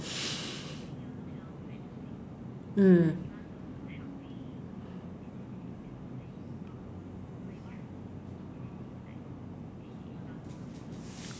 mm